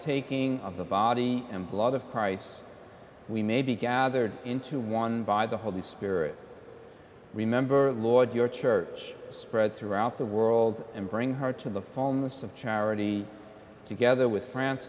taking of the body and blood of christ we may be gathered into one by the holy spirit remember the lord your church spread throughout the world and bring her to the fall most of charity together with franc